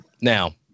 now